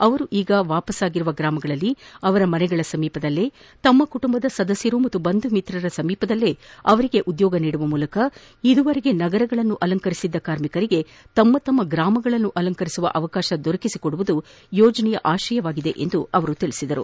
ಅವರು ಈಗ ವಾಪಸಾಗಿರುವ ಗ್ರಾಮಗಳಲ್ಲಿ ಅವರ ಮನೆಗಳ ಸಮೀಪವೇ ತಮ್ನ ಕುಟುಂಬದ ಸದಸ್ನರು ಮತ್ತು ಬಂಧುಮಿತ್ರರ ಸಮೀಪದಲ್ಲೇ ಅವರಿಗೆ ಉದ್ಲೋಗ ನೀಡುವ ಮೂಲಕ ಇದುವರೆಗೆ ನಗರಗಳನ್ನು ಅಲಂಕರಿಸಿದ ಕಾರ್ಮಿಕರಿಗೆ ತಮ್ಮ ತಮ್ಮ ಗ್ರಾಮಗಳನ್ನು ಅಲಂಕರಿಸುವ ಅವಕಾಶ ದೊರೆಕಿಸಿಕೊಡುವುದು ಯೋಜನೆಯ ಆಶಯವಾಗಿದೆ ಎಂದು ಪ್ರಧಾನಿ ಹೇಳಿದರು